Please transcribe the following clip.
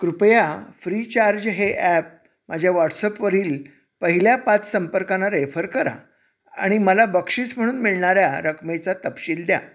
कृपया फ्रीचार्ज हे ॲप माझ्या व्हॉट्सअपवरील पहिल्या पाच संपर्कांना रेफर करा आणि मला बक्षीस म्हणून मिळणाऱ्या रकमेचा तपशील द्या